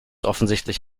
offensichtlich